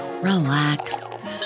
relax